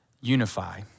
unify